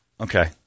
okay